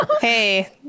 Hey